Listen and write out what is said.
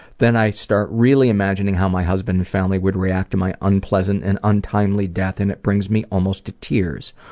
then i start really imagining how my husband and family would react to my unpleasant and untimely death and it brings me almost to tears,